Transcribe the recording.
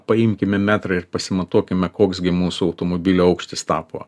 paimkime metrą ir pasimatuokime koks gi mūsų automobilio aukštis tapo